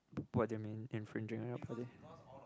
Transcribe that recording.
what do you mean infringing